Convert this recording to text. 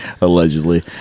Allegedly